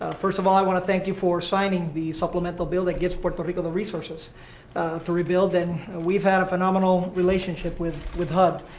ah first of all, i want to thank you for signing the supplemental bill that gets puerto rico the resources to rebuild, and we've had a phenomenal relationship with with hud.